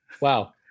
Wow